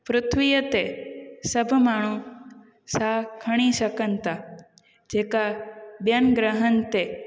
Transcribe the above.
पृथ्वीअ ते सभु माण्हू साहु खणी सघनि था जेका ॿियनि ग्रहनि ते